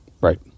Right